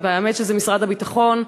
והאמת שזה משרד הביטחון,